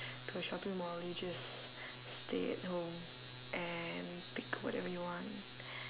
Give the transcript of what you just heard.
to a shopping mall you just stay at home and pick whatever you want